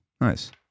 nice